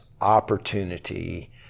opportunity